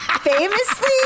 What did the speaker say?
famously